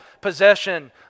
possession